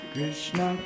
Krishna